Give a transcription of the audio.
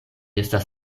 estas